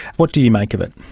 what do you make of it?